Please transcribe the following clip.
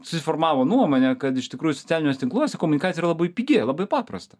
susiformavo nuomonė kad iš tikrųjų socialiniuose tinkluose komunikacija yra labai pigi labai paprasta